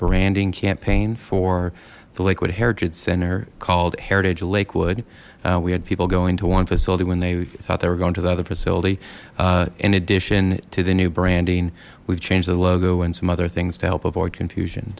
branding campaign for the liquid heritage center called heritage lakewood we had people going to one facility when they thought they were going to the other facility in addition to the new branding we've changed the logo and some other things to help avoid confusion